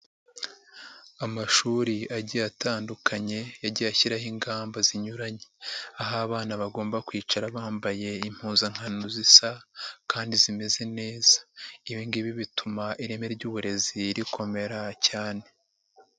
Amashuri agiye atandukanye yagiye ashyiraho ingamba zinyuranye, aho abana bagomba kwicara bambaye impuzankano zisa kandi zimeze neza. Ibi ngibi bituma ireme ry'uburezi rikomera cyane.